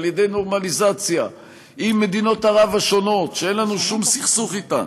על-ידי נורמליזציה עם מדינות ערב השונות שאין לנו שום סכסוך אתן.